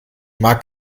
mag